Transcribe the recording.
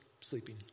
sleeping